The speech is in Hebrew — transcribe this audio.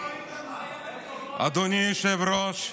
אדוני היושב-ראש,